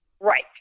Right